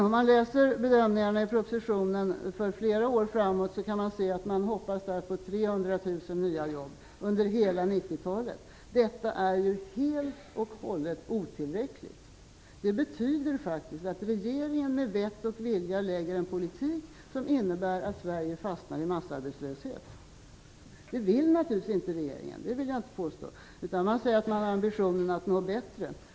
Om man läser bedömningarna för flera år framåt i propositionen kan man se att regeringen hoppas på 300 000 nya jobb under hela 90-talet. Detta är helt och hållet otillräckligt. Det betyder faktiskt att regeringen med vett och vilja lägger fram en politik som innebär att Sverige fastnar i massarbetslöshet. Det vill naturligtvis inte regeringen - det vill jag inte påstå - utan man säger att man har ambitionen att nå bättre.